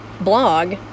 blog